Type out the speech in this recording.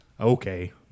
Okay